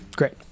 Great